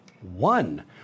One